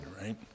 right